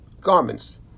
garments